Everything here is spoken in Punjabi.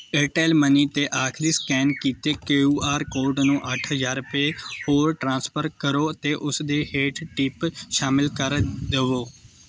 ਏਅਰਟੈੱਲ ਮਨੀ 'ਤੇ ਆਖਰੀ ਸਕੈਨ ਕੀਤੇ ਕੇਊ ਆਰ ਕੋਡ ਨੂੰ ਅੱਠ ਹਜ਼ਾਰ ਰੁਪਏ ਹੋਰ ਟ੍ਰਾਂਸਫਰ ਕਰੋ ਅਤੇ ਉਸ ਦੇ ਹੇਠ ਟਿਪ ਸ਼ਾਮਿਲ ਕਰ ਦੇਵੋ